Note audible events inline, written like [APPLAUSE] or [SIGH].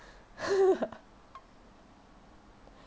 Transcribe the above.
[LAUGHS]